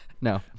No